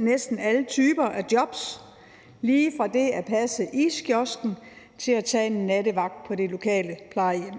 næsten alle typer af jobs – lige fra det at passe iskiosken til at tage en nattevagt på det lokale plejehjem.